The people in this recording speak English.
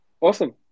awesome